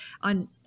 on